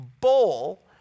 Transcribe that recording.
bowl